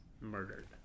murdered